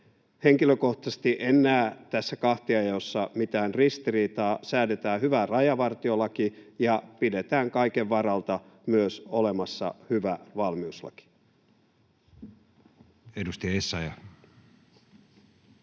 Henkilökohtaisesti en näe tässä kahtiajaossa mitään ristiriitaa. Säädetään hyvä rajavartiolaki ja pidetään kaiken varalta myös olemassa hyvä valmiuslaki. [Speech 58]